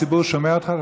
הציבור שומע אותך.